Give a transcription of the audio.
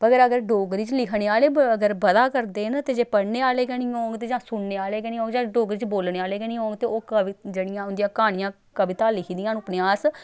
पर अगर अगर डोगरी च लिखने आह्ले अगर बधै करदे न ते जे पढ़ने आह्ले गै निं होग जां सुनने आह्ले गै निं होग जां डोगरी च बोलने आह्ले गै निं होग ते ओह् कवि जेह्ड़ियां उंदियां क्हानियां कविता लिखी दियां न उपन्यास